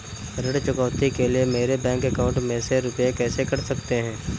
ऋण चुकौती के लिए मेरे बैंक अकाउंट में से रुपए कैसे कट सकते हैं?